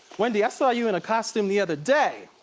wendy, i saw you in a costume the other day.